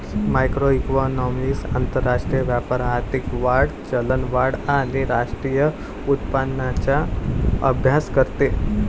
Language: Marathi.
मॅक्रोइकॉनॉमिक्स आंतरराष्ट्रीय व्यापार, आर्थिक वाढ, चलनवाढ आणि राष्ट्रीय उत्पन्नाचा अभ्यास करते